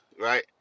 right